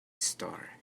star